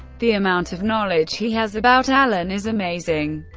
the amount of knowledge he has about alan is amazing.